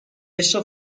عشق